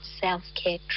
self-care